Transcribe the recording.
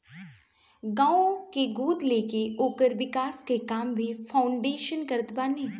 गांव के गोद लेके ओकरी विकास के काम भी फाउंडेशन करत बाने